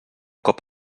cop